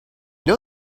know